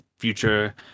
future